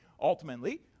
ultimately